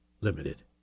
limited